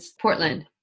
Portland